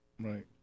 right